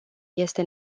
este